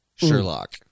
Sherlock